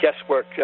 guesswork